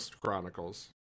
Chronicles